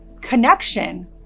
connection